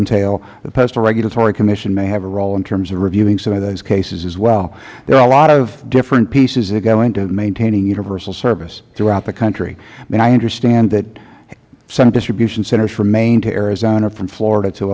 entail the postal regulatory commission may have a role in terms of reviewing some of those cases as well there are a lot of different pieces that go into maintaining universal service throughout the country i understand that some distribution centers from maine to arizona from florida to